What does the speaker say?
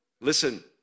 Listen